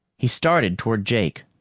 he started toward jake,